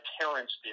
parents